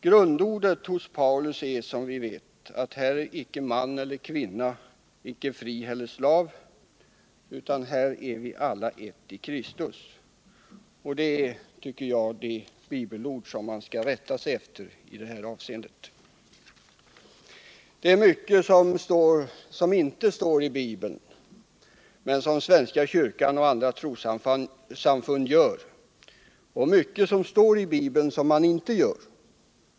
Paulus grundord är ju att ”här är icke träl eller fri, här är icke man och kvinna: alla ären I ett i Kristus Jesus”. Detta är enligt min mening det bibelord man skall rätta sig efter i det här avseendet. Det är mycket som inte står i Bibeln, men som svenska kyrkan och andra trossamfund gör. Det är också mycket som står I Bibeln som man inte gör.